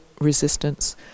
resistance